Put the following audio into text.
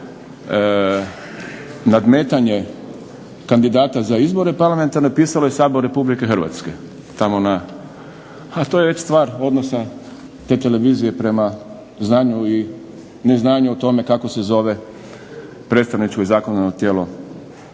nadmetanje kandidate za izbore parlamentarne pisao je Sabor Republike Hrvatske tamo na. E to je stvar odnosa te televizije prema znanju i neznanju o tome kako se zove predstavničko i zakonodavno tijelo